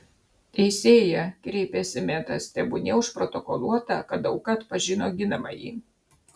teisėja kreipėsi metas tebūnie užprotokoluota kad auka atpažino ginamąjį